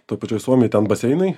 toj pačioj suomijoj ten baseinai